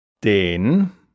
den